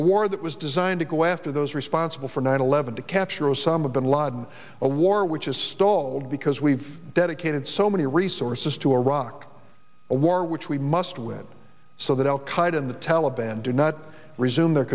a war that was designed to go after those responsible for nine eleven to capture osama bin laden a war which is stalled because we've dedicated so many resources to iraq a war which we must win so that al qaeda and the taliban do not resume their